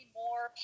more